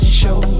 show